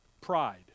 Pride